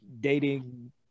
dating